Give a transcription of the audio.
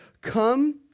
come